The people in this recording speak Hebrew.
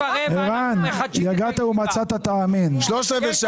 (הישיבה נפסקה בשעה 18:00 ונתחדשה